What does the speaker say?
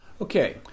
Okay